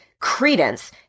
credence